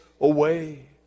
away